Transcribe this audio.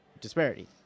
disparity